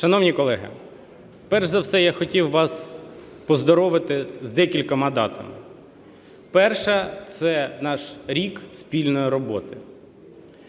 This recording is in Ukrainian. Шановні колеги, перше за все я хотів вас поздоровити з декількома датами. Перше – це наш рік спільної роботи.